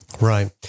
Right